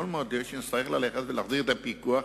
יכול מאוד להיות שנצטרך להחזיר את הפיקוח,